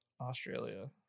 Australia